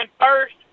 first